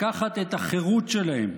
לקחת את החירות שלהם.